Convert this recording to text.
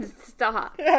Stop